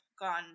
gone